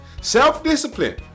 Self-discipline